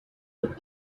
with